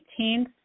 18th